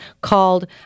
called